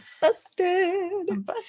Busted